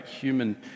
human